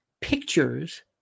pictures